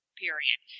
period